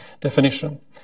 definition